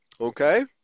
Okay